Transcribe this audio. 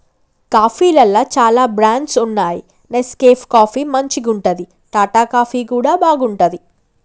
కాఫీలల్ల చాల బ్రాండ్స్ వున్నాయి నెస్కేఫ్ కాఫీ మంచిగుంటది, టాటా కాఫీ కూడా బాగుంటది